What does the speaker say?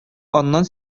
аннан